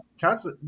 cats